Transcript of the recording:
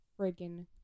friggin